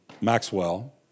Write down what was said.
Maxwell